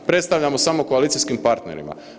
Predstavljamo samo koalicijskim partnerima.